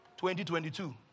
2022